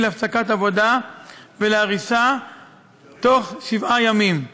להפסקת עבודה ולהריסה בתוך שבעה ימים.